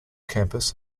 campus